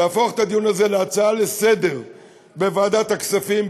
להפוך את הדיון הזה להצעה לסדר-היום בוועדת הכספים,